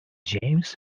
james